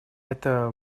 это